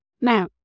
Now